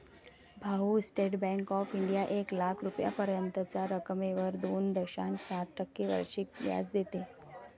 भाऊ, state bank of India एक लाख रुपयांपर्यंतच्या रकमेवर दोन दशांश सात टक्के वार्षिक व्याज देते